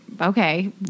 Okay